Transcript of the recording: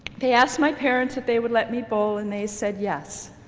they asked my parents that they would let me bowl and they said yes,